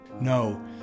No